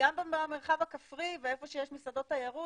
וגם במרחב הכפרי ואיפה שיש מסעדות תיירות,